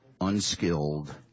unskilled